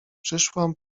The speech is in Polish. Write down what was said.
przyszłam